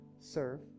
serve